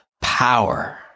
power